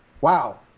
wow